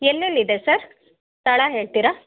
ಎಲ್ಲೆಲ್ಲಿ ಇದೆ ಸರ್ ಸ್ಥಳ ಹೇಳ್ತೀರಾ